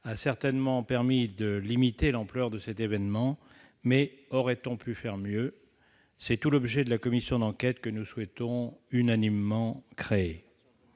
certainement permis de limiter l'ampleur de cet événement. Aurait-on pu faire mieux ? C'est tout l'objet de la commission d'enquête que nous souhaitons unanimement créer.